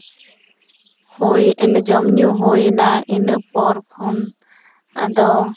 ᱡᱚᱢ ᱧᱩ ᱦᱩᱭᱮᱱᱟ ᱤᱱᱟᱹ ᱯᱚᱨ ᱠᱷᱚᱱ ᱟᱫᱚ